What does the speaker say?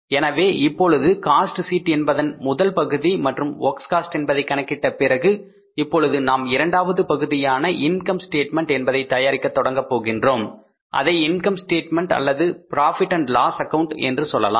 எனவே இப்பொழுது cost sheet என்பதன் முதல் பகுதி மற்றும் வொர்க்ஸ் காஸ்ட் என்பதை கணக்கிட்ட பிறகு இப்பொழுது நாம் இரண்டாவது பகுதியான இன்கம் ஸ்டேட்மெண்ட் என்பதை தயாரிக்க தொடங்கப் போகிறோம் அதை இன்கம் ஸ்டேட்மெண்ட் அல்லது profit and loss account Profit Loss Account என்று சொல்லலாம்